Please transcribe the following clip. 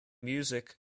music